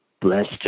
blessed